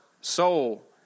soul